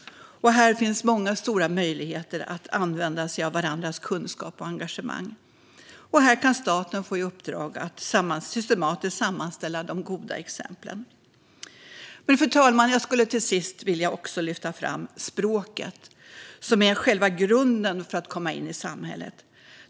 Här finns många stora möjligheter att använda sig av varandras kunskap och engagemang, och staten kan få i uppdrag att systematiskt sammanställa de goda exemplen. Fru talman! Jag skulle till sist också vilja lyfta fram språket, som är själva grunden för att komma in i samhället.